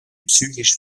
psychisch